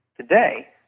today